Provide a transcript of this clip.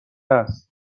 است